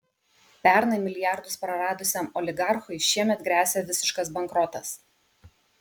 pernai milijardus praradusiam oligarchui šiemet gresia visiškas bankrotas